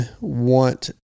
want